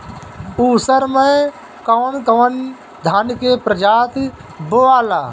उसर मै कवन कवनि धान के प्रजाति बोआला?